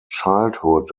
childhood